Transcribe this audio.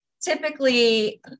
Typically